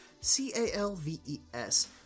c-a-l-v-e-s